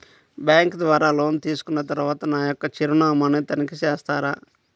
Bank ద్వారా loan తీసుకున్న తరువాత నా యొక్క చిరునామాని తనిఖీ చేస్తారా?